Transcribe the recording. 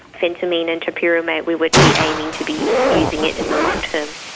phentermine and topiramate, we would be aiming to be using it in the long term.